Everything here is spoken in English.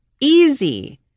easy